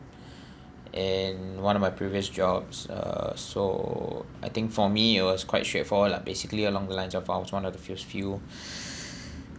and one of my previous jobs uh so I think for me it was quite straightforward lah basically along the lines of found one of the first few